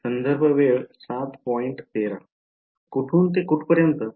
विद्यार्थीः कोठून ते कुठपर्यंत